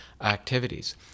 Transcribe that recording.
activities